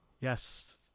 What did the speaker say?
Yes